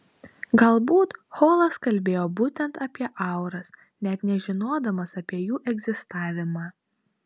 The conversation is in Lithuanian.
galbūt holas kalbėjo būtent apie auras net nežinodamas apie jų egzistavimą